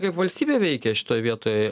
kaip valstybė veikia šitoj vietoj